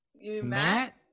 Matt